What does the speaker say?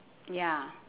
ya